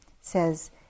says